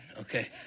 Okay